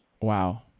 Wow